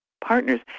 partners